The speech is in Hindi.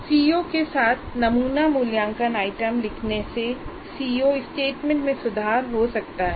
सीओ के साथ नमूना मूल्यांकन आइटम लिखने से सीओ स्टेटमेंट में सुधार हो सकता है